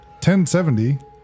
1070